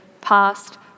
past